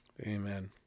Amen